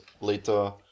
later